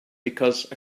because